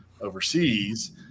overseas